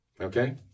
Okay